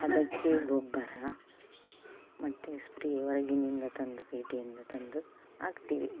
ಅದಕ್ಕೆ ಗೊಬ್ಬರ ಮತ್ತೇ ಸ್ಪ್ರೇ ಹೊರಗಿನಿಂದ ತಂದು ಪೇಟೆಯಿಂದ ತಂದು ಹಾಕ್ತೇವೆ